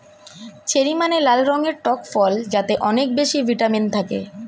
cherry মানে লাল রঙের টক ফল যাতে অনেক বেশি ভিটামিন থাকে